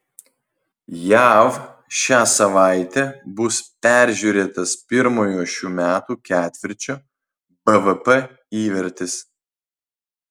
jav šią savaitę bus peržiūrėtas pirmojo šių metų ketvirčio bvp įvertis